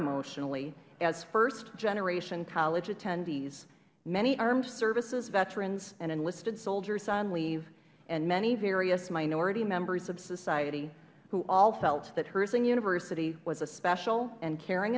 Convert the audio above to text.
emotionally as first generation college attendees many armed services veterans and enlisted soldiers on leave and many various minority members of society who all felt that herzing university was a special and caring